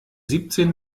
siebzehn